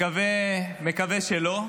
מקווה שלא.